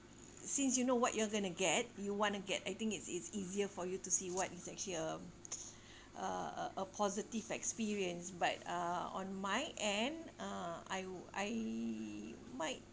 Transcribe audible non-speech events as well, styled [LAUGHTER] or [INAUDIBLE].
since you know what you are going to get you want to get I think it's it's easier for you to see what is actually a [NOISE] a a positive experience but uh on my end uh I I might